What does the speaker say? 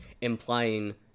implying